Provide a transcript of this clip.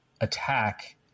attack